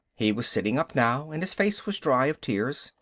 he was sitting up now and his face was dry of tears.